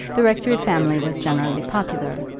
the rectory family was generally popular,